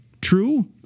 true